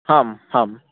हां हां